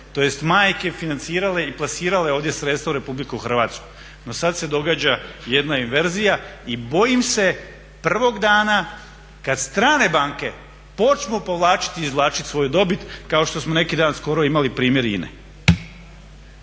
tj. majke financirale i plasirale ovdje sredstva u Republiku Hrvatsku. No sada se događa jedna inverzija i bojim se prvog dana kada strane banke počnu povlačiti i izvlačiti svoju dobit kao što smo neki dan skoro imali primjer